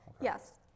Yes